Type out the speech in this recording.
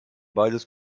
beides